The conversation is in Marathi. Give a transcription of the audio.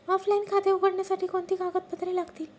ऑफलाइन खाते उघडण्यासाठी कोणती कागदपत्रे लागतील?